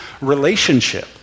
relationship